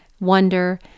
wonder